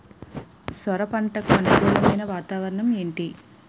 సొర పంటకు అనుకూలమైన వాతావరణం ఏంటి?